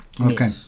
Okay